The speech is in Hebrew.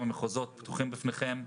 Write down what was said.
המחוזות פתוחים בפניכם.